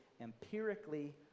empirically